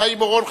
חיים אורון,